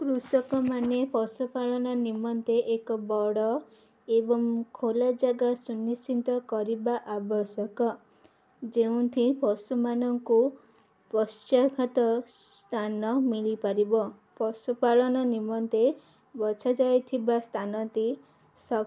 କୃଷକମାନେ ପଶୁପାଳନ ନିମନ୍ତେ ଏକ ବଡ଼ ଏବଂ ଖୋଲା ଜାଗା ସୁନିଶ୍ଚିତ କରିବା ଆବଶ୍ୟକ ଯେଉଁଠି ପଶୁମାନଙ୍କୁ ପର୍ଯ୍ୟାପ୍ତ ସ୍ଥାନ ମିଳିପାରିବ ପଶୁପାଳନ ନିମନ୍ତେ ବଛାଯାଇଥିବା ସ୍ଥାନଟି